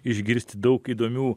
išgirsti daug įdomių